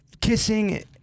kissing